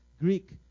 Greek